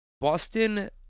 Boston